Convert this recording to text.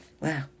Wow